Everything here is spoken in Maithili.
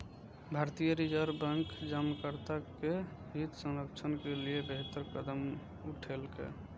भारतीय रिजर्व बैंक जमाकर्ता के हित संरक्षण के लिए बेहतर कदम उठेलकै